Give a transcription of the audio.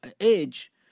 age